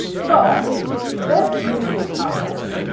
so let's make a canvas